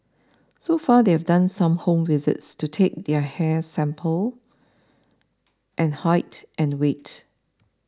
so far they've done some home visits to take their hair sample and height and weight